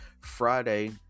friday